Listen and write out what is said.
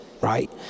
right